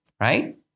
right